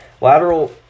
lateral